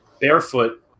barefoot